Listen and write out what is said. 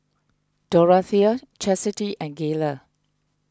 Dorathea Chastity and Gayla